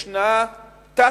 יש תת-השתתפות,